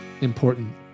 important